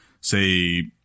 say